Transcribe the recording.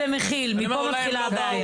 מפה מתחילה הבעיה.